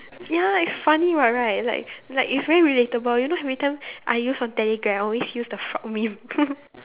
ya it's funny [what] right like like it's very relatable you know every time I use on telegram I always use the frog meme